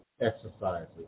exercises